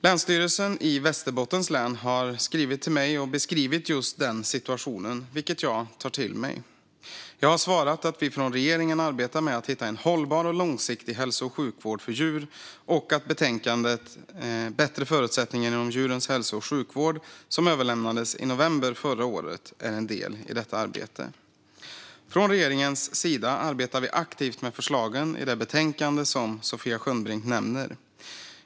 Länsstyrelsen i Västerbottens län har skrivit till mig och beskrivit just den situationen, vilket jag tar till mig. Jag har svarat att vi i regeringen arbetar med att hitta en hållbar och långsiktig hälso och sjukvård för djur och att betänkandet Bättre förutsättningar inom djurens hälso och sjukvård , som överlämnades i november förra året, är en del i detta arbete. Från regeringens sida arbetar vi aktivt med förslagen i det betänkande som Sofia Skönnbrink nämner.